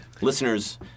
Listeners